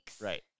Right